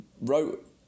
wrote